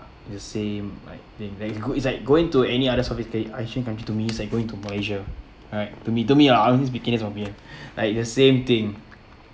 the same like things very good it's like going to any other southeast asian country to me is like going to malaysia alright to me to me I honestly speaking from here like the same thing